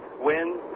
win